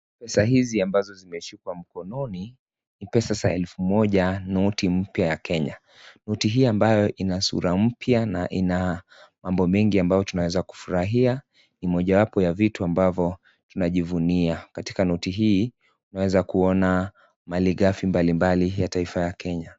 Pesa hizi ambazo zimeshikwa mkononi ni pesa za elfu moja noti mpya ya Kenya noti hii ambayo ina sura mpya na inaa mambo mengi ambayo tunaeza kufurahia ni mojawapo ya vitu ambavyo tunajivunia katika noti hii unaeza kuona maligafi mbalimbali ya taifa la Kenya.